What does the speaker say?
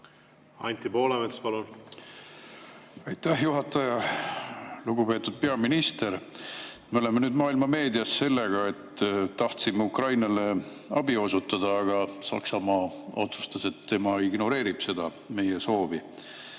Anti Poolamets, palun! Aitäh, juhataja! Lugupeetud peaminister! Me oleme nüüd maailma meedias sellega, et tahtsime Ukrainale abi osutada, aga Saksamaa otsustas, et tema ignoreerib seda meie soovi.